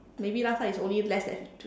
maybe last time it's only less than